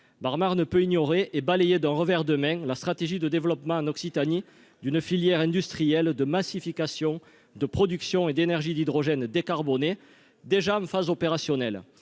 marre, ne peut ignorer et balayé d'un revers de main la stratégie de développement en Occitanie d'une filière industrielle de massification de production et d'énergie d'hydrogène décarboné déjà en phase opérationnelle,